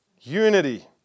Unity